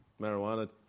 marijuana